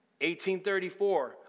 1834